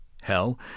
hell